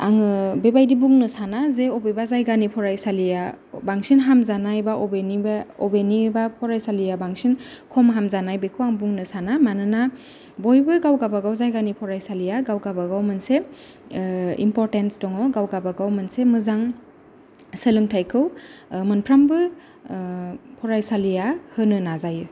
आङो बेबादि बुंनो साना जे अबेबा जायगानि फरायसालिया बांसिन हामजानाय बा अबेनिबा अबेनिबा फरायसालिया बांसिन खम हामजानाय बेखौ आं बुंनो साना मानोना बयबो गाव गाबा गाव जायगानि फरायसालिया गाव गाबा गाव मोनसे इमपरटेन्स दङ गाव गाबा गाव मोनसे मोजां सोलोंथायखौ मोनफ्रोमबो फरायसालिया होनो नाजायो